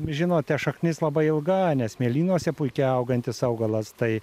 žinote šaknis labai ilga nes smėlynuose puikiai augantis augalas tai